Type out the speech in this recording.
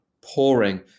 pouring